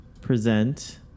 present